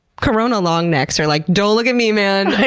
corona long necks are like, don't look at me man.